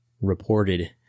reported